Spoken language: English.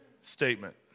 statement